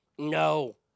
No